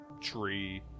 tree